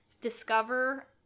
discover